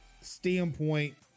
standpoint